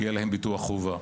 יהיה להם ביטוח חובה.